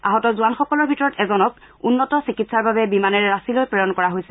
আহত জোৱানসকলৰ ভিতৰত এজনক উন্নত চিকিৎসাৰ বাবে বিমানেৰে ৰাঁচীলৈ প্ৰেৰণ কৰা হৈছে